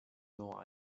know